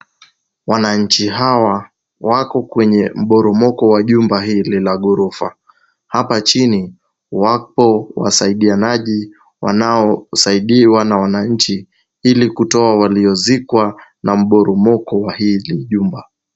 Wananchi hawa wako kwenye mporomoko wa jumba hili la ghorofa. Hapa chini, wako wasaidianaji wanaosaidiwa na wananchi ili kutoa waliozikwa na mporomoko wa hili jumba.